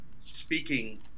speaking